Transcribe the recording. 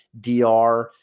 DR